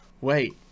wait